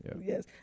Yes